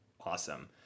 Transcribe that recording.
awesome